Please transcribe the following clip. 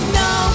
no